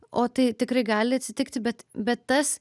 o tai tikrai gali atsitikti bet bet tas